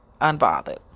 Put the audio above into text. unbothered